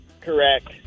Correct